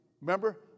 remember